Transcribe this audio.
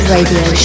Radio